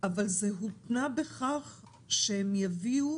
אבל זה הותנה בכך שהם יביאו